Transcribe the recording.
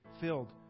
filled